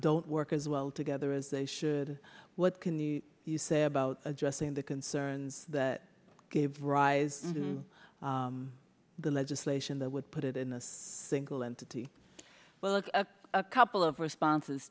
don't work as well together as they should what can you say about addressing the concerns that gave rise to the legislation that would put it in this single entity well it's a couple of responses